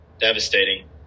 Devastating